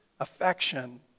affection